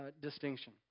distinction